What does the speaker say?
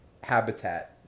habitat